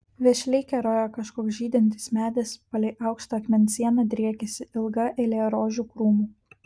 vešliai kerojo kažkoks žydintis medis palei aukštą akmens sieną driekėsi ilga eilė rožių krūmų